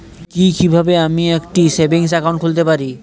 কি কিভাবে আমি একটি সেভিংস একাউন্ট খুলতে পারি?